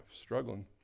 struggling